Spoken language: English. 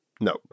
no